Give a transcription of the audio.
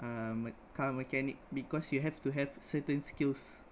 um mech~ car mechanic because you have to have certain skills